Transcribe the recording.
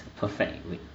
perfect weight